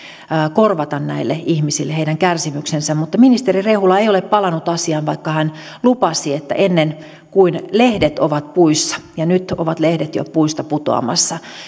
korvata näille ihmisille heidän kärsimyksensä mutta ministeri rehula ei ole palannut asiaan vaikka hän lupasi palata ennen kuin lehdet ovat puissa ja nyt ovat lehdet jo puista putoamassa